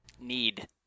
Need